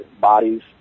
bodies